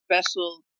special